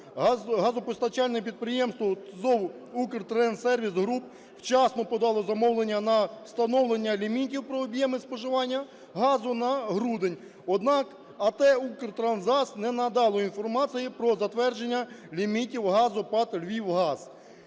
Газопостачальне підприємство ТОВ "Укртранссервіс-Груп" вчасно подало замовлення на встановлення лімітів про об'єми споживання газу на грудень. Однак АТ "Укртрансгаз" не надало інформації про затвердження лімітів газу ПАТ "Львівгаз".